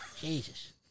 Jesus